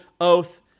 oath